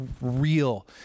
real